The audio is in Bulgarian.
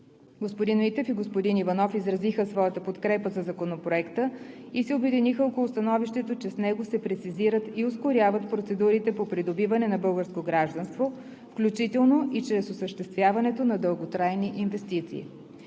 Господин Митев и господин Иванов изразиха своята подкрепа за Законопроекта и се обединиха около становището, че с него се прецизират и ускоряват процедурите по придобиване на българско гражданство, включително и чрез осъществяването на дълготрайни инвестиции.